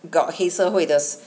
got 黑社会的